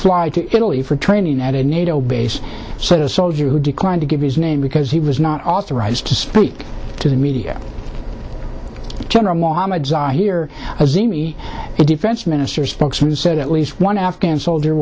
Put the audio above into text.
fly to italy for training at a nato base so the soldier who declined to give his name because he was not authorized to speak to the media here has the me the defense minister's spokesman said at least one afghan soldier